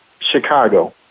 Chicago